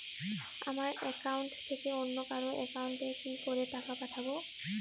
আমার একাউন্ট থেকে অন্য কারো একাউন্ট এ কি করে টাকা পাঠাবো?